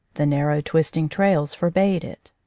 the narrow, twisting trails forbade it.